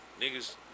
Niggas